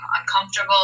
uncomfortable